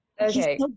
okay